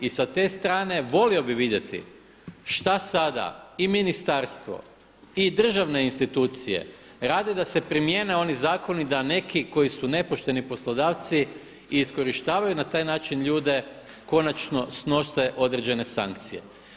I sa te strane volio bih vidjeti šta sada i ministarstvo i državne institucije rade da se primijene oni zakoni da neki koji su nepošteni poslodavci i iskorištavaju na taj način ljude konačno snose određene sankcije.